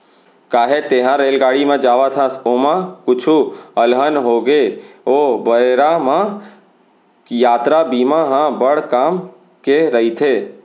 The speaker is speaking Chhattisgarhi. काहे तैंहर रेलगाड़ी म जावत हस, ओमा कुछु अलहन होगे ओ बेरा म यातरा बीमा ह बड़ काम के रइथे